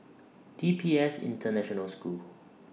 D P S International School